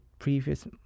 Previous